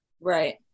right